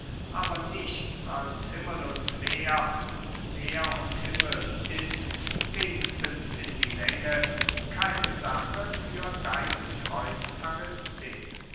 aber nichts als himmel und meer und meer und himmel ist wenigstens in die länge keine sache für deinen freund